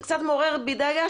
זה מעורר בי דאגה,